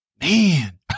Man